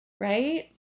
right